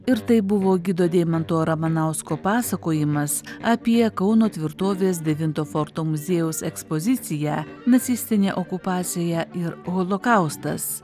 ir tai buvo gido deimanto ramanausko pasakojimas apie kauno tvirtovės devinto forto muziejaus ekspoziciją nacistinė okupacija ir holokaustas